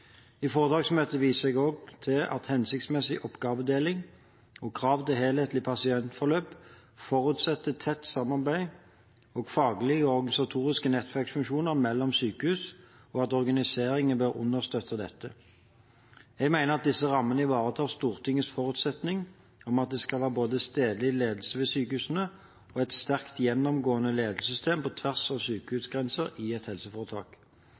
I foretaksmøtet viste jeg også til at hensiktsmessig oppgavedeling og krav til helthetlige pasientforløp forutsetter tett samarbeid og faglige og organisatoriske nettverksfunksjoner mellom sykehus, og at organiseringen bør understøtte dette. Jeg mener at disse rammene ivaretar Stortingets forutsetning om at det skal være både stedlig ledelse ved sykehusene og et sterkt, gjennomgående ledelsessystem på tvers av sykehusgrenser i et helseforetak.